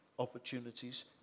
opportunities